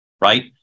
right